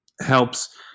helps